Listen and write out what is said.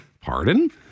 Pardon